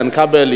איתן כבל,